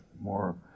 more